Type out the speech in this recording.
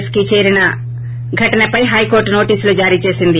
yes కి చేరిన సంఘటనపై హైకోర్లు నోటీసులు జారీ చేసింది